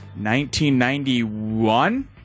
1991